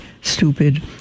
stupid